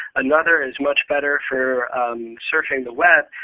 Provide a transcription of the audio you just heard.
another is much better for surfing the web.